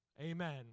Amen